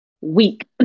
weak